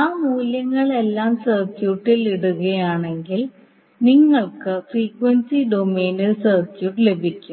ആ മൂല്യങ്ങളെല്ലാം സർക്യൂട്ടിൽ ഇടുകയാണെങ്കിൽ നിങ്ങൾക്ക് ഫ്രീക്വൻസി ഡൊമെയ്നിൽ സർക്യൂട്ട് ലഭിക്കും